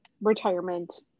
retirement